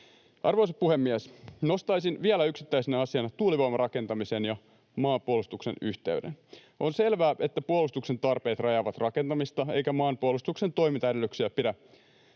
Arvoisa puhemies! Nostaisin vielä yksittäisenä asiana tuulivoimarakentamisen ja maanpuolustuksen yhteyden. On selvää, että puolustuksen tarpeet rajaavat rakentamista, eikä maanpuolustuksen toimintaedellytyksiä pidä